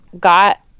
Got